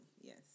Yes